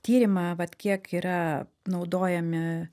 tyrimą vat kiek yra naudojami